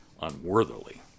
unworthily